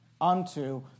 unto